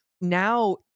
Now